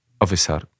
officer